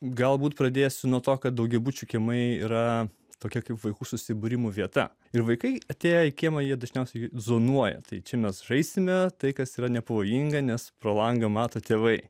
galbūt pradėsiu nuo to kad daugiabučių kiemai yra tokia kaip vaikų susibūrimų vieta ir vaikai atėję į kiemą jie dažniausiai zonuoja tai čia mes žaisime tai kas yra nepavojinga nes pro langą mato tėvai